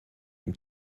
ihm